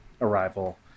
Arrival